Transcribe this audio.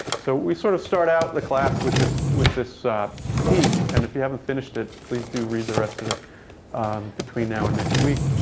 so we sort of start out the class with this with this piece. and if you haven't finished it, please do read the rest of it between now and next week,